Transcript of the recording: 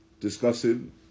Discussing